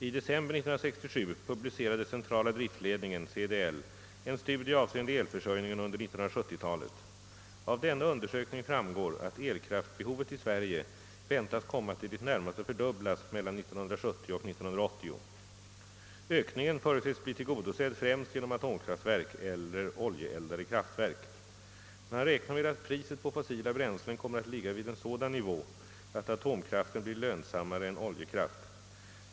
I december 1967 publicerade Centrala driftledningen, CDL, en studie avseende elförsörjningen under 1970-talet. Av denna undersökning framgår att elkraftbehovet i Sverige väntas komma att i det närmaste fördubblas mellan 1970 och 1980. Ökningen förutses bli tillgodosedd främst genom atomkraftverk eller oljeeldade kraftverk. Man räknar med att priset på fossila bränslen kommer att ligga vid en sådan nivå att atomkraften blir lönsammare än oljekraft.